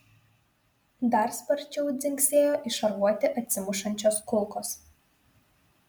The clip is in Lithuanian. dar sparčiau dzingsėjo į šarvuotį atsimušančios kulkos